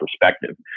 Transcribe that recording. perspective